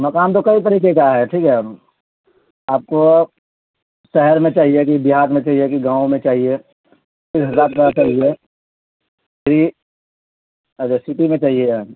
مکام تو کئی طریقے کا ہے ٹھیک ہے ہم آپ کو شہر میں چاہیے کہ بہار میں چاہیے کہ گاؤں میں چاہیےرات چاہیے فری اچھا سٹی میں چاہیے ہم